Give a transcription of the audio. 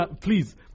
please